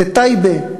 בטייבה,